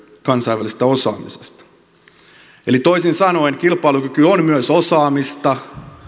kansainvälisestä osaamisesta toisin sanoen kilpailukyky on myös osaamista